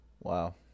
Wow